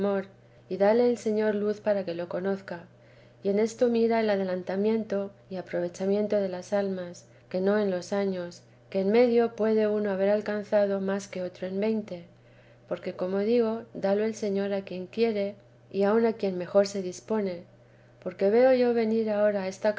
y dale el señor luz para que lo conozca y en esto mira el adelantamiento y aprovechamiento de las almas que no en los años que en medio puede uno haber alcanzado más que otro en veinte porque como digo dalo el señor a quien quiere y aun a quien mejor se dispone porque veo yo venir ahora a esta